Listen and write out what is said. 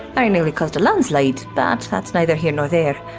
very nearly caused a landslide, but that's neither here nor there.